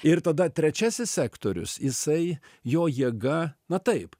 ir tada trečiasis sektorius jisai jo jėga na taip